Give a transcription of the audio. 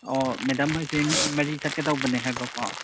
ꯑꯣ ꯃꯦꯗꯥꯝ ꯍꯣꯏꯁꯤ ꯃꯤ ꯃꯔꯤ ꯆꯠꯀꯗꯧꯕꯅꯦ ꯍꯥꯏꯕꯀꯣ